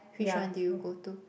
which one did you go to